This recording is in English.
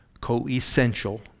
co-essential